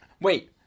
Wait